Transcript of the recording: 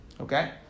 Okay